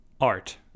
art